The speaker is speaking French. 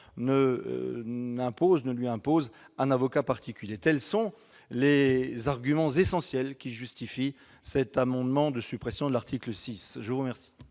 lui impose un avocat particulier. Tels sont les arguments essentiels justifiant cet amendement de suppression de l'article 6. La parole